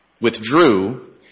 withdrew